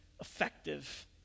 effective